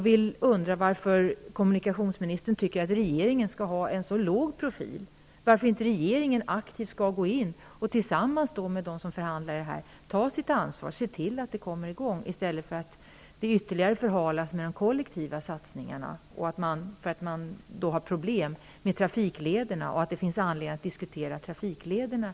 Varför tycker kommunikationsministern att regeringen skall ha en så låg profil? Varför kan inte regeringen aktivt gå in och tillsammans med dem som förhandlar ta sitt ansvar och se till att det hela kommer i gång i stället för att låta det bli en ytterligare förhalning med de kollektiva satsningarna, eftersom det finns problem beträffande trafiklederna i vårt län och det finns anledning att diskutera dem?